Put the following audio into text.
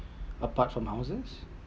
apart from houses